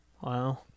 Wow